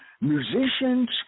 musicians